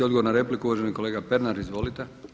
Odgovor na repliku uvaženi kolega Pernar izvolite.